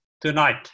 tonight